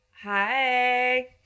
hi